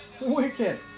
Wicked